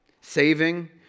saving